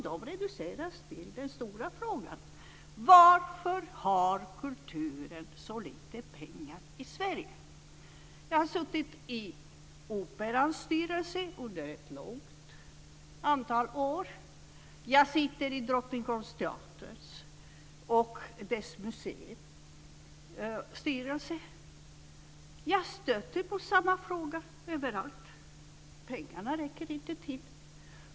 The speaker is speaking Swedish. De reduceras till en stor fråga: Varför har kulturen så lite pengar i Sverige? Jag har suttit i Operans styrelse under ett stort antal år. Jag sitter i styrelsen för Drottningholmsteatern och dess museum. Jag stöter på samma fråga överallt. Pengarna räcker inte till.